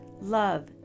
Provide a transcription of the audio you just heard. Love